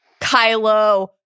Kylo